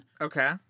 Okay